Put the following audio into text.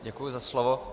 Děkuji za slovo.